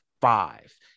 five